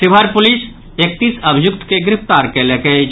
Sheohar police एकतीस अभियुक्त के गिरफ्तार कयलक अछि